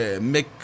make